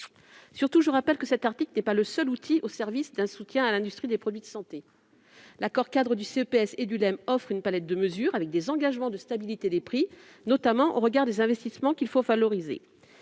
Je rappelle que cet article n'est pas le seul outil au service d'un soutien à l'industrie des produits de santé. L'accord-cadre du CEPS et du LEEM offre une palette de mesures avec des engagements de stabilité des prix, notamment au regard des investissements qu'il faut valoriser.